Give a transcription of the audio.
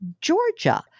Georgia